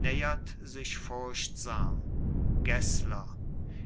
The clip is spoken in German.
nähert sich furchtsam gessler